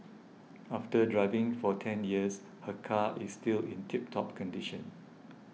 after driving for ten years her car is still in tip top condition